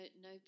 no